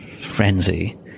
frenzy